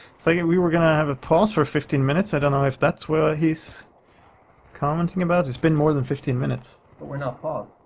so yeah we were gonna have a pause for fifteen minutes, i don't know if that's what he's commenting about it's been more than fifteen minutes. but we're not paused.